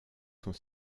sont